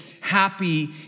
Happy